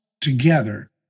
together